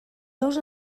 dos